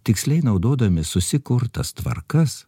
tiksliai naudodami susikurtas tvarkas